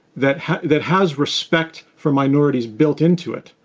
that has that has respect for minorities built into it,